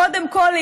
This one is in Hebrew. קודם כול,